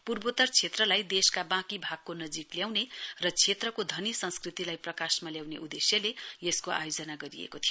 पूर्वोत्तर क्षेत्रलाई देशका वाँकी भागको नजीक ल्याउने र क्षेत्रको धनी संस्कृतिलाई प्रकाशमा ल्याउने उदेश्यले यसको आयोजना गरिएको थियो